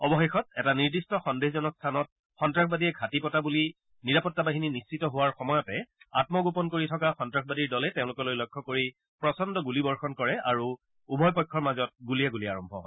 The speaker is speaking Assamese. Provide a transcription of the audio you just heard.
অৱশেষত এটা নিৰ্দিষ্ট সন্দেহজনক স্থানত সন্তাসবাদীয়ে ঘাটি পতা বুলি নিৰাপত্তা বাহিনী নিশ্চিত হোৱাৰ সময়তে আমগোপন কৰি থকা সন্নাসবাদীৰ দলে তেওঁলোকলৈ লক্ষ্য কৰি প্ৰচণ্ড গুলীবৰ্ষণ কৰে আৰু উভয় পক্ষৰ মাজত গুলীয়াগুলী আৰম্ভ হয়